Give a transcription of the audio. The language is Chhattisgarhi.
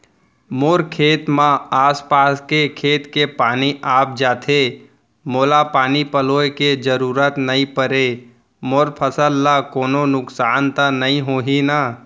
मोर खेत म आसपास के खेत के पानी आप जाथे, मोला पानी पलोय के जरूरत नई परे, मोर फसल ल कोनो नुकसान त नई होही न?